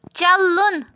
چلُن